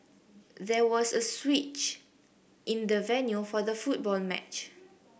there was a switch in the venue for the football match